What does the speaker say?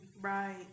Right